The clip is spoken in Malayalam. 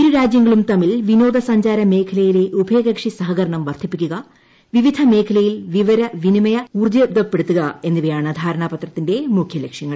ഇരുരാജ്യങ്ങളും തമ്മിൽ വിനോദസഞ്ചാര മേഖലയിലെ ഉഭയകക്ഷി സഹകരണം വർദ്ധിപ്പിക്കുക വിവിധ മേഖ്ച്ചുയിൽ വിവര വിനിമയം ഊർജ്ജിതപ്പെടുത്തുക എന്നിവയാണ് ധാരണാപത്രത്തിന്റെ മുഖ്യ ലക്ഷ്യങ്ങൾ